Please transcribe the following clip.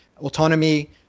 Autonomy